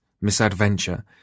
misadventure